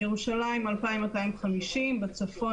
בירושלים 2,250, בצפון